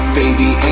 baby